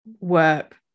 work